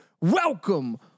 Welcome